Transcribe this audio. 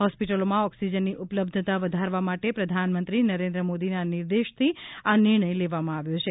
હોસ્પિટલોમાં ઓક્સિજનની ઉપલબ્ધતા વધારવા માટે પ્રધાનમંત્રી નરેન્દ્ર મોદીના નિર્દેશથી આ નિર્ણય લેવામાં આવ્યો છે